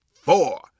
four